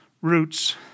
roots